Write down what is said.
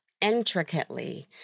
intricately